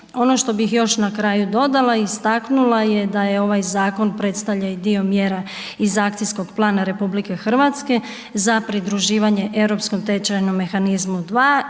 Ono što bih još na kraju dodala i istaknula je da je ovaj zakon predstavlja i dio mjera iz akcijskog plana RH za pridruživanje Europskom tečajnom mehanizmu 2